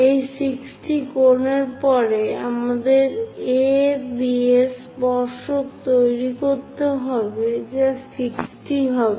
সেই 60 কোণের পরে আমাদের A দিয়ে স্পর্শক তৈরি করতে হবে যা 60 হবে